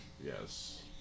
Yes